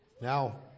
Now